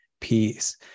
peace